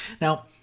now